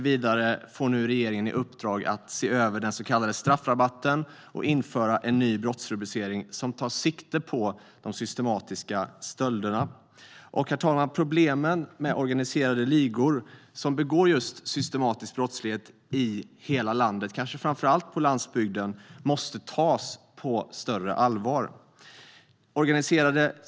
Vidare får regeringen nu i uppdrag att se över den så kallade straffrabatten och införa en ny brottsrubricering som tar sikte på de systematiska stölderna. Herr talman! Problemen med organiserade ligor som begår just systematisk brottslighet i hela landet, och kanske framför allt på landsbygden, måste tas på större allvar.